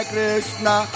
Krishna